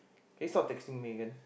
can you stop texting Megan